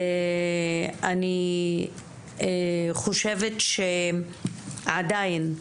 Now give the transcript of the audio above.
אני חושבת שעדיין,